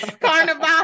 Carnival